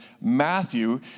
Matthew